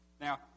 Now